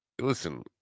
listen